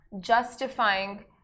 justifying